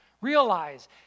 Realize